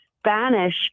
Spanish